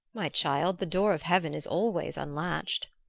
my child, the door of heaven is always unlatched.